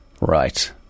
Right